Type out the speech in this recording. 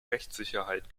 rechtssicherheit